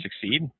succeed